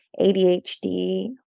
ADHD